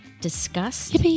disgust